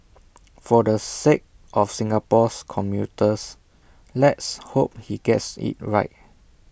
for the sake of Singapore's commuters let's hope he gets IT right